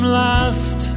last